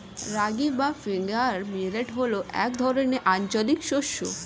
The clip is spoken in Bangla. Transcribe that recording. রাগী বা ফিঙ্গার মিলেট হল এক ধরনের আঞ্চলিক শস্য